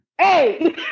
Hey